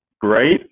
great